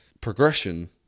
progression